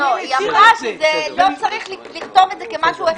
לא צריך לכתוב את זה כמשהו הכרחי.